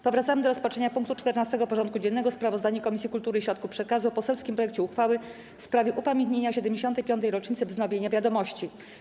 Powracamy do rozpatrzenia punktu 14. porządku dziennego: Sprawozdanie Komisji Kultury i Środków Przekazu o poselskim projekcie uchwały w sprawie upamiętnienia 75. rocznicy wznowienia „Wiadomości”